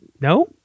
No